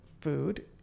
food